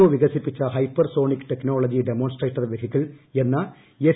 O വികസിപ്പിച്ച hypersonic technology demonstrator vehicle എന്ന S